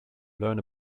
learn